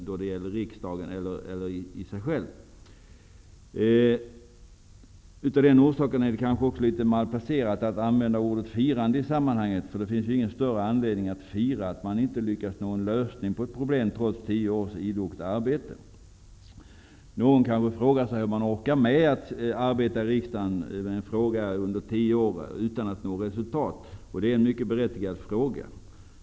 Av denna orsak är det kanske också litet malplacerat att använda ordet firande i sammanhanget. Det finns ju ingen större anledning att fira det att man inte lyckats nå en lösning på ett problem, trots tio års idogt arbete. Någon kanske frågar sig hur man orkar med att arbeta i riksdagen med en fråga under tio år utan att nå resultat. Och det är en mycket berättigad fråga.